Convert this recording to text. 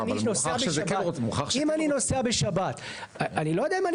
אם אני נוסע בשבת אני לא יודע אם אני